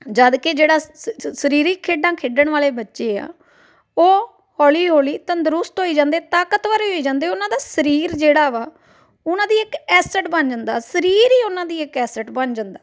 ਜਦ ਕਿ ਜਿਹੜਾ ਸਰੀਰਿਕ ਖੇਡਾਂ ਖੇਡਣ ਵਾਲੇ ਬੱਚੇ ਆ ਉਹ ਹੌਲੀ ਹੌਲੀ ਤੰਦਰੁਸਤ ਹੋਈ ਜਾਂਦੇ ਤਾਕਤਵਰ ਹੋਈ ਜਾਂਦੇ ਉਹਨਾਂ ਦਾ ਸਰੀਰ ਜਿਹੜਾ ਵਾ ਉਹਨਾਂ ਦੀ ਇੱਕ ਐਸਿਟ ਬਣ ਜਾਂਦਾ ਸਰੀਰ ਹੀ ਉਹਨਾਂ ਦੀ ਇੱਕ ਐਸਿਟ ਬਣ ਜਾਂਦਾ